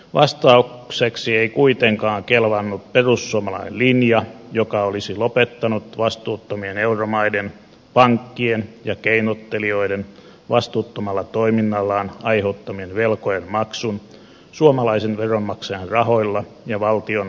vastaukseksi ei kuitenkaan kelvannut perussuomalainen linja joka olisi lopettanut vastuuttomien euromaiden pankkien ja keinottelijoiden vastuuttomalla toiminnallaan aiheuttamien velkojen maksun suomalaisen veronmaksajan rahoilla ja valtion velkataakkaa lisäämällä